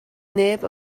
neb